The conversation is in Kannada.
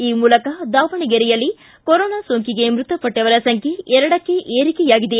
ಈ ಮೂಲಕ ದಾವಣಗೆರೆಯಲ್ಲಿ ಕೊರೋನಾ ಸೋಂಕಿಗೆ ಮೃತಪಟ್ಟವರ ಸಂಚ್ಯೆ ಎರಡಕ್ಕೇ ಏರಿಕೆಯಾಗಿದೆ